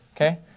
Okay